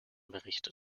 berichten